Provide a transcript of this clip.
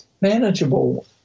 manageable